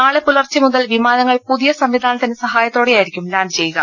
നാളെ പുലർച്ചെ മുതൽ വിമാ നങ്ങൾ പുതിയ സംവിധാനത്തിന്റെ സഹായത്തോടെയായിരിക്കും ലാന്റ് ചെയ്യുക